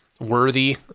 worthy